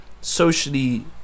socially